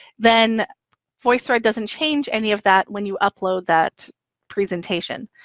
then voicethread doesn't change any of that when you upload that presentation.